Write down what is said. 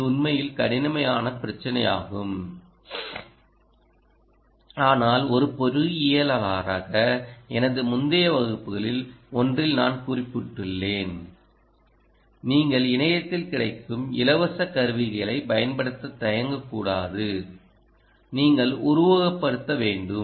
இது உண்மையில் கடினமான பிரச்சினையாகும் ஆனால் ஒரு பொறியியலாளராக எனது முந்தைய வகுப்புகளில் ஒன்றில் நான் குறிப்பிட்டுள்ளேன் நீங்கள் இணையத்தில் கிடைக்கும் இலவச கருவிகளைப் பயன்படுத்தத் தயங்கக்கூடாது நீங்கள் உருவகப்படுத்த வேண்டும்